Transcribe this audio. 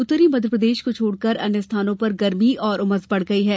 उत्तरी मध्यप्रदेश को छोड़कर अन्य स्थानों पर गर्मी और उमस बढ़ गई है